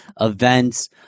events